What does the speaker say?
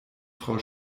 frau